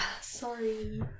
sorry